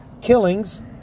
killings